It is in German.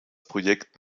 projekt